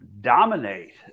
dominate